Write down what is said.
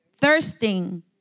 thirsting